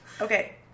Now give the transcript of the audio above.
Okay